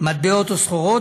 מטבעות או סחורות,